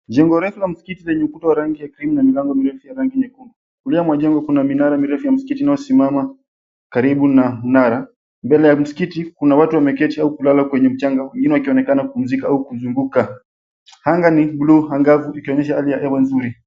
Jengo refu la msikiti lenye ukuta wa rangi ya krimu na milango mirefu ya rangi nyekundu. Kulia mwa jengo kuna minara mirefu ya msikiti inayosimama karibu na mnara. Mbele ya msikiti kuna watu wameketi au kulala kwenye mchanga wengine wakionekana kupumzika au kuzunguka. Anga ni blue angavu ikionyesha hali ya hewa nzuri.